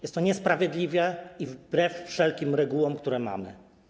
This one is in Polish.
Jest to niesprawiedliwe i wbrew wszelkim regułom, które mamy.